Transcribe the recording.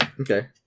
Okay